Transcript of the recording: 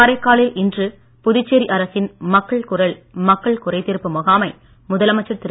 காரைக்காலில் இன்று புதுச்சேரி அரசின் மக்கள் குரல் மக்கள் குறை தீர்ப்பு முகாமை முதலமைச்சர் திரு